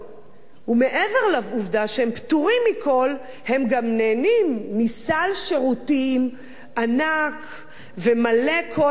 ומעבר לעובדה שהם פטורים מכול הם גם נהנים מסל שירותים ענק ומלא כל טוב,